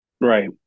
Right